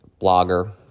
blogger